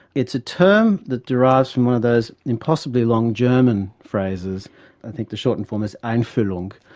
it's a term that derives from one of those impossibly long german phrases i think the shortened form is einfuhlung,